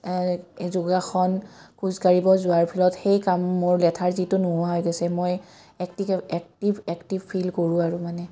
যোগাসন খোজাঢ়িব যোৱাৰ ফলত সেই কাম মোৰ লেথাৰ যিটো নোহোৱা হৈ গৈছে মই এক্টিকেল এক্টিভ এক্টিভ ফিল কৰোঁ আৰু মানে